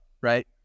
right